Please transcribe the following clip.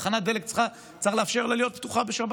תחנת דלק, צריך לאפשר לה להיות פתוחה בשבת,